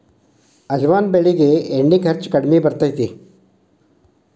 ಅಜವಾನ ಬೆಳಿಗೆ ಎಣ್ಣಿ ಖರ್ಚು ಕಡ್ಮಿ ಬರ್ತೈತಿ